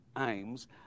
aims